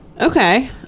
Okay